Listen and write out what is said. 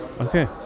Okay